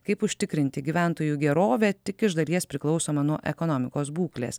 kaip užtikrinti gyventojų gerovę tik iš dalies priklausomą nuo ekonomikos būklės